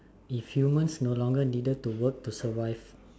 if humans no longer needed to work to survive